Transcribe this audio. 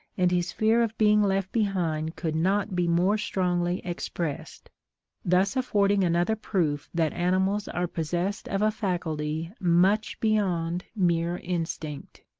and his fear of being left behind could not be more strongly expressed thus affording another proof that animals are possessed of a faculty much beyond mere instinct.